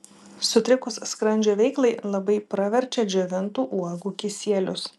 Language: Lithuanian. sutrikus skrandžio veiklai labai praverčia džiovintų uogų kisielius